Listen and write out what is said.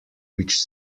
which